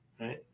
Right